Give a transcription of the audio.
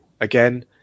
again